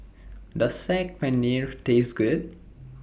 Does Saag Paneer Taste Good